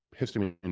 histamine